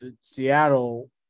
Seattle